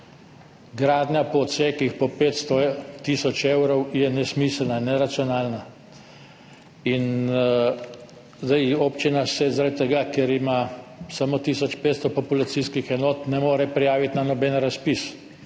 Gradnja po odsekih po 500 tisoč evrov je nesmiselna in neracionalna. Občina se zaradi tega, ker ima samo tisoč 500 populacijskih enot, ne more prijaviti na noben razpis.